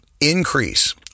increase